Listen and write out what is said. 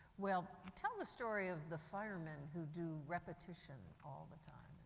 well, tell the story of the firemen who do repetition all the time.